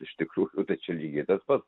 iš tikrųjų tai čia lygiai tas pats